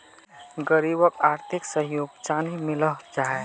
गरीबोक आर्थिक सहयोग चानी मिलोहो जाहा?